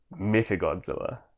mechagodzilla